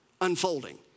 unfolding